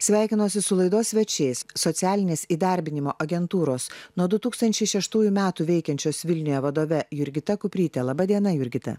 sveikinuosi su laidos svečiais socialinės įdarbinimo agentūros nuo du tūkstančiai šeštųjų metų veikiančios vilniuje vadove jurgita kupryte laba diena jurgita